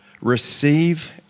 receive